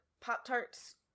Pop-Tarts